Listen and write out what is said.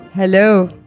Hello